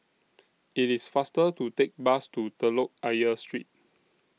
IT IS faster to Take Bus to Telok Ayer Street